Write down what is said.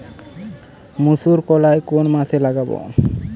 মুসুর কলাই কোন মাসে লাগাব?